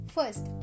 First